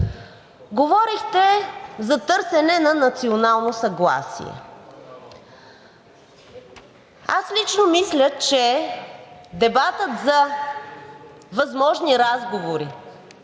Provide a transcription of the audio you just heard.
Говорихте за търсене на национално съгласие. Аз лично мисля, че дебатът за възможни разговори